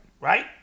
Right